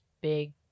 big